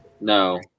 No